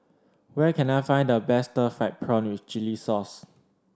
where can I find the best stir fried prawn with chili sauce